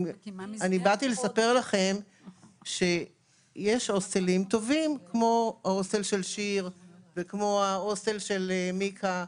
באתי לספר לכם שיש הוסטלים טובים כמו ההוסטל של שיר וההוסטל של מיקה,